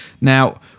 now